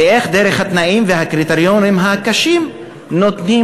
איך דרך התנאים והקריטריונים הקשים נותנים